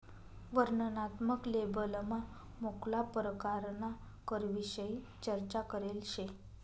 वर्णनात्मक लेबलमा मुक्ला परकारना करविषयी चर्चा करेल शे